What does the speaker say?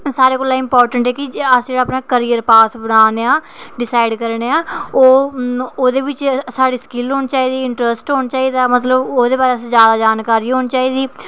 सारें कोला इम्पोर्टेंट ऐ कि जेह्ड़ा अस करियर पास बनाने आं डिसाईड कराने आं ओह्दे बिच साढ़ी स्किल होनी चाहिदी साढ़ा इंटरस्ट होना चाहिदा मतलब कि ओह्दे बारै च असेंगी जादै जानकारी होना चाहिदी